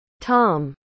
Tom